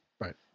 Right